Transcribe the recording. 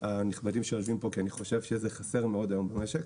והנכבדים שיושבים כאן כי אני חושב שזה חסר היום מאוד במשק.